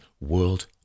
World